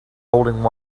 holding